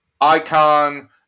icon